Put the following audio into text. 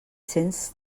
cents